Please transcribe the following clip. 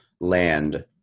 land